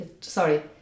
Sorry